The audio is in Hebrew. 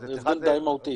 זה הבדל די מהותי.